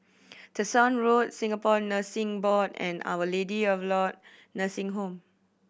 Tessensohn Road Singapore Nursing Board and Our Lady of Nursing Home